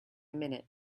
minute